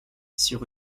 sur